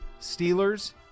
Steelers